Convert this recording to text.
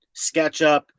SketchUp